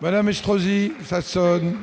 Madame Estrosi ça sonne.